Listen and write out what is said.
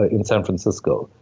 ah in san francisco.